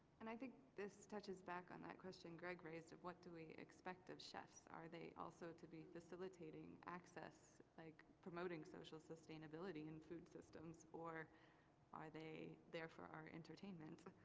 and i think this touches back on that question greg raised of what do we expect of chefs? are they also to be facilitating access, like promoting social sustainability in food systems? or are they there for our entertainment?